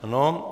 Ano.